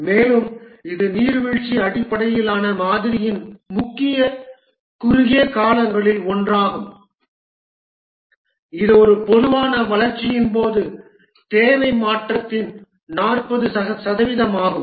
மேலும் இது நீர்வீழ்ச்சி அடிப்படையிலான மாதிரியின் முக்கிய குறுகிய காலங்களில் ஒன்றாகும் இது ஒரு பொதுவான வளர்ச்சியின் போது தேவை மாற்றத்தின் 40 சதவீதம் ஆகும்